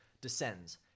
descends